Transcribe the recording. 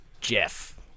Jeff